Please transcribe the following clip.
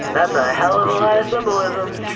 that's a hell of a lot of symbolism!